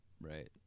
Right